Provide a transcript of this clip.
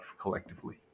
collectively